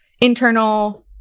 internal